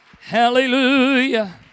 Hallelujah